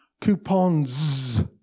Coupons